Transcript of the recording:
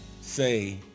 say